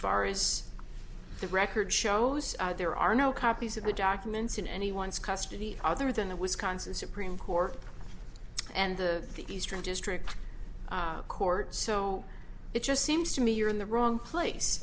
far as the record shows there are no copies of the documents in anyone's custody other than the wisconsin supreme court and the eastern district court so it just seems to me you're in the wrong place